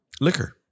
liquor